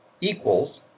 equals